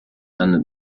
and